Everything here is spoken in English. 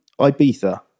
Ibiza